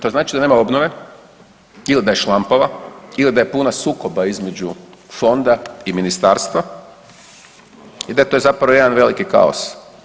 To znači da nema obnove, ili da je šlampava, ili da je puna sukoba između fonda i ministarstva i da je to zapravo jedan veliki kaos.